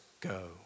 go